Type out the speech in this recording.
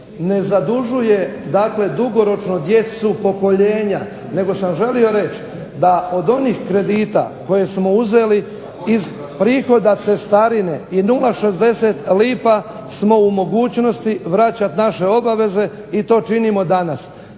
ne zadužuje dakle dugoročno djecu, pokoljenja, nego sam želio reći da od onih kredita koje smo uzeli iz prihoda cestarine i 0,60 lipa smo u mogućnosti vraćati naše obaveze i to činimo danas.